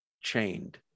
chained